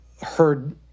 heard